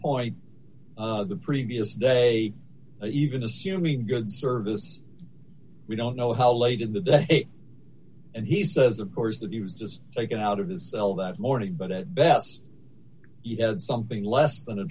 point the previous day even assuming good service we don't know how late in the day and he says of course that he was just taken out of his well that morning but it best you know something less than a